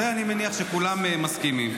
על זה מניח שכולם מסכימים.